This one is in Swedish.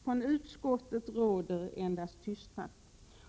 Från utskottet råder dock endast tystnad.